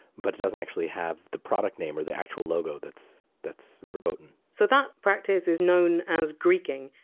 but it doesn't actually have the product name or the actual logo. that's that's verboten. so that practice is known as greeking,